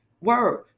Word